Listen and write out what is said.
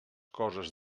coses